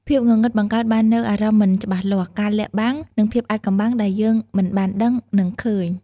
ភាពងងឹតបង្កើតបាននូវអារម្មណ៍មិនច្បាស់លាស់ ការលាក់បាំង និងភាពអាថ៌កំបាំងដែលយើងមិនបានដឹង នឹងឃើញ ។